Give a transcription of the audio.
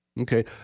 Okay